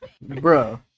bro